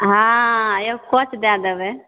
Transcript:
हॅं एगो कोच दै देबे